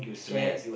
yes